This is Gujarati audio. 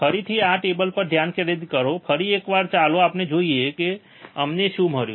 ફરીથી તમે આ ટેબલ પર ધ્યાન કેન્દ્રિત કરો ફરી એકવાર ચાલો આપણે જોઈએ અમને શું મળ્યું